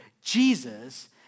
Jesus